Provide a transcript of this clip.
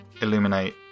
illuminate